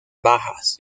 bajas